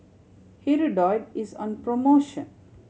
Hirudoid is on promotion